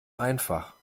einfach